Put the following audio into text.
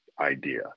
idea